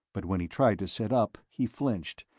but when he tried to sit up, he flinched,